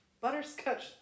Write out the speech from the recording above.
butterscotch